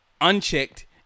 unchecked